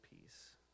peace